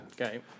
Okay